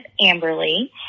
Amberly